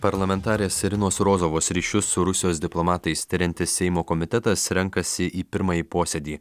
parlamentarės irinos rozovos ryšius su rusijos diplomatais tiriantis seimo komitetas renkasi į pirmąjį posėdį